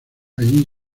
allí